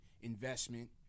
investment